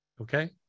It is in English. okay